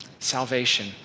Salvation